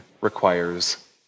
requires